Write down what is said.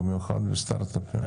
ובמיוחד בסטארטאפים.